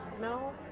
no